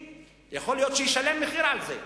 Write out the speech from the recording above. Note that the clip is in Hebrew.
יכול להיות שהוא ישלם מחיר על זה.